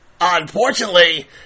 Unfortunately